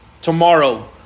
tomorrow